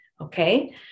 Okay